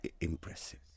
impressive